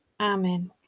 amen